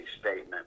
statement